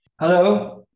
Hello